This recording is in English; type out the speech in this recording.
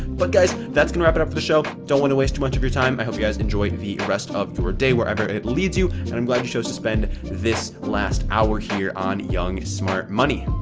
but guys, that's gonna wrap it up for the show. i don't want to waste too much of your time. i hope you guys enjoy the rest of your day wherever it leads you. and i'm glad you chose to spend this last hour here on young smart money.